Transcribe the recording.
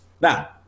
Now